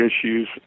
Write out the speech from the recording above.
issues